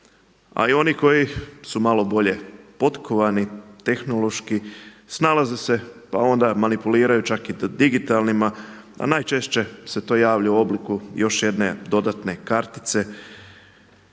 A i oni koji su malo bolje potkovani tehnološki snalaze se, pa čak onda i manipuliraju čak i digitalnima a najčešće se to javlja u obliku još jedne dodatne kartice,